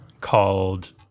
called